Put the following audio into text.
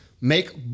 Make